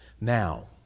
Now